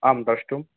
आं द्रष्टुम्